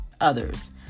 others